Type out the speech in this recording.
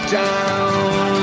down